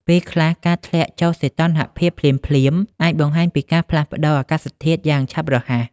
ពេលខ្លះ ការធ្លាក់ចុះសីតុណ្ហភាពភ្លាមៗ អាចបង្ហាញពីការផ្លាស់ប្តូរអាកាសធាតុយ៉ាងឆាប់រហ័ស។